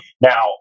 Now